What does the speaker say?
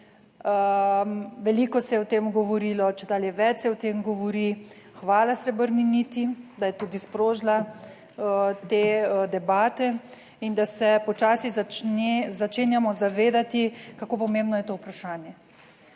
Veliko se je o tem govorilo, čedalje več se o tem govori, hvala Srebrni niti, da je tudi sprožila te debate in da se počasi začenjamo zavedati kako pomembno je to vprašanje.